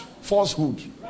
falsehood